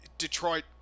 Detroit